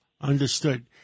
Understood